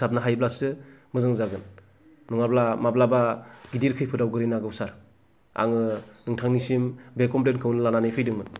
फोसाबनो हायोब्लासो मोजां जागोन नङाब्ला माब्लाबा गिदिर खैफोदाव गोग्लैनो हागौ सार आङो नोथांनिसिम बे क'मफ्लेनखौनो लानानै फैदोंमोन